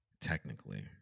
technically